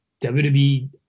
WWE